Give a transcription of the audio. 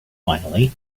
finally